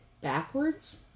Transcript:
backwards